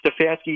Stefanski